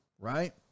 right